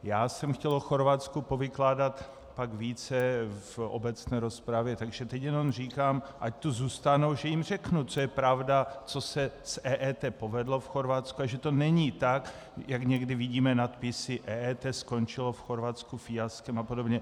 Já jsem chtěl o Chorvatsku povykládat pak více v obecné rozpravě, takže teď jenom říkám, ať tu zůstanou, že jim řeknu, co je pravda, co se s EET povedlo v Chorvatsku, že to není tak, jak někdy vidíme nadpisy EET skončilo v Chorvatsku fiaskem a podobně.